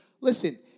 Listen